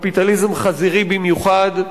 קפיטליזם חזירי במיוחד.